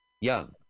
Young